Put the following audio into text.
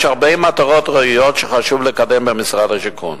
יש הרבה מטלות ראויות שחשוב לקדם במשרד השיכון,